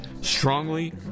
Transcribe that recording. strongly